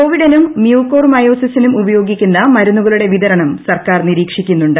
കോവിഡിനും മ്യൂക്കോമൈക്കോസിസിനും ഉപയോഗിക്കുന്ന മരുന്നുകളുടെ വിതരണം സർക്കാർ നിരീക്ഷിക്കുന്നുണ്ട്